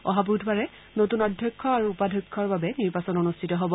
অহা বুধবাৰে নতুন অধ্যক্ষ আৰু উপাধ্যক্ষ বাবে নিৰ্বাচন অনুষ্ঠিত হ'ব